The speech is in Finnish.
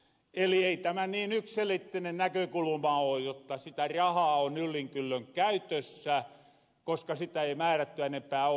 eli ei tämä niin yksselitteinen näkökuluma oo jotta sitä rahaa on yllin kyllin käytössä koska sitä ei määrättyä enempää oo